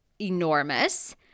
Enormous